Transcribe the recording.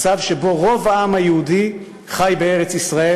מצב שבו רוב העם היהודי חי בארץ-ישראל,